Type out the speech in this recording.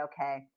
okay